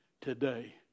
today